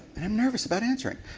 um nervous about answering.